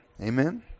Amen